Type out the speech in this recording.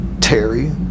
Terry